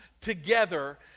together